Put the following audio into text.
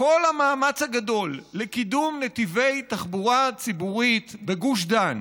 כל המאמץ הגדול לקידום נתיבי תחבורה ציבורית בגוש דן,